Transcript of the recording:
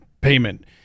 payment